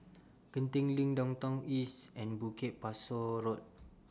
Genting LINK Downtown East and Bukit Pasoh Road